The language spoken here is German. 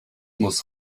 muss